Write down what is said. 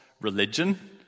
religion